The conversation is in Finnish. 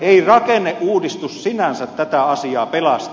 ei rakenneuudistus sinänsä tätä asiaa pelasta